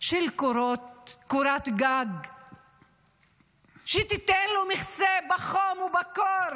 של קורת גג שתיתן לו מחסה בחום ובקור,